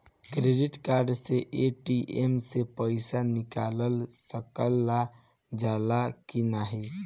Credit card से ATM से पइसा निकाल सकल जाला की नाहीं?